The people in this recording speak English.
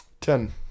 Ten